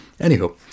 Anywho